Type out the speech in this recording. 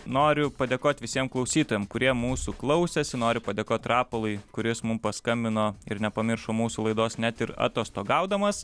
noriu padėkot visiem klausytojam kurie mūsų klausėsi noriu padėkot rapolui kuris mum paskambino ir nepamiršo mūsų laidos net ir atostogaudamas